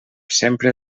sempre